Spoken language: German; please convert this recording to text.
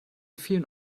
vielen